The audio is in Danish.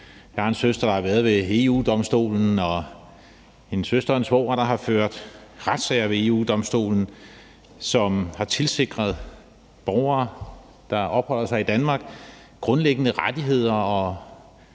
Jeg har en søster, der har været ved EU-Domstolen, og en søster og en svoger, der har ført retssager ved EU-Domstolen, som har sikret borgere, der opholder sig i Danmark, grundlæggende rettigheder.